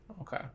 Okay